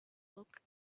look